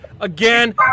Again